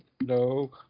No